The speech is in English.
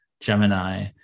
Gemini